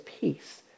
peace